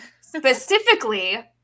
Specifically